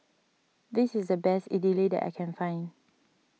this is the best Idili that I can find